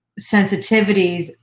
sensitivities